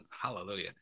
Hallelujah